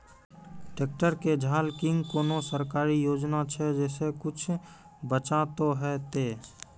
Tractor के झाल किंग कोनो सरकारी योजना छ जैसा कुछ बचा तो है ते?